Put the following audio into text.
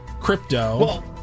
Crypto